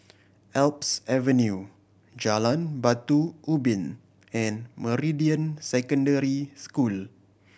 Alps Avenue Jalan Batu Ubin and Meridian Secondary School